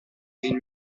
been